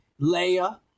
Leia